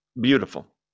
Beautiful